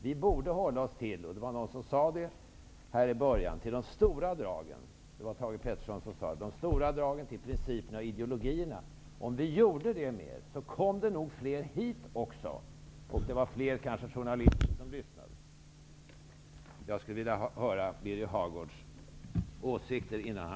Vi borde hålla oss till de stora dragen -- Thage G Peterson sade detta i början av debatten --, principerna och ideologierna. Om vi gjorde detta i större omfattning skulle nog fler ledamöter komma hit och fler journalister lyssna. Jag skulle vilja höra